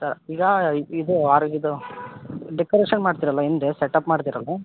sir ಈಗ ಇದು ಆರು ಇದು ಡೆಕೋರೇಷನ್ ಮಾಡ್ತಿರಲ್ಲ ಹಿಂದೆ ಸೆಟ್ ಅಪ್ ಮಾಡ್ತಿರಲ್ಲ